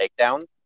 takedowns